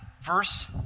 verse